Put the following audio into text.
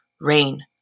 Rain